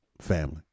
family